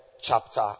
chapter